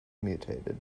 mutilated